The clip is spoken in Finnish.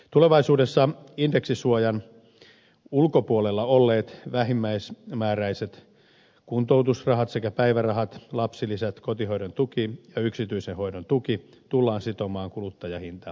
tulevaisuudessa indeksisuojan ulkopuolella olleet vähimmäismääräiset kuntoutusrahat sekä päivärahat lapsilisät kotihoidon tuki ja yksityisen hoidon tuki tullaan sitomaan kuluttajahintaindeksiin